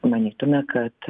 manytume kad